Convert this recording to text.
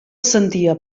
sentia